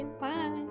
Bye